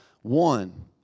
One